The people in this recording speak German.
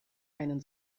einen